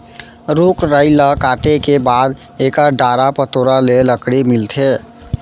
रूख राई ल काटे के बाद एकर डारा पतोरा ले लकड़ी मिलथे